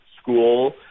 school